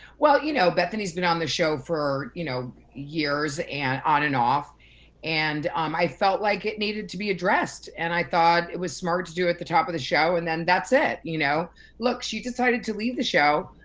well, you know bethany's been on the show for you know years on and off and um i felt like it needed to be addressed and i thought it was smart to do at the top of the show and then that's it. you know look, she decided to leave the show.